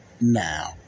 now